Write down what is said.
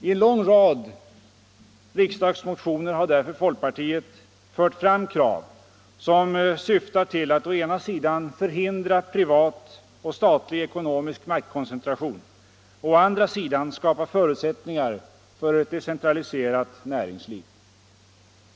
I en lång rad riksdagsmotioner har därför folkpartiet fört fram krav som syftar till att å ena sidan förhindra privat och statlig ekonomisk maktkoncentration och å andra sidan skapa förutsättningar för ett de centraliserat näringsliv.